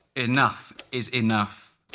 enough is enough.